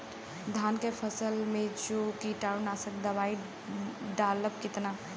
धान के फसल मे जो कीटानु नाशक दवाई डालब कितना?